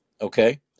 Okay